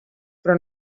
però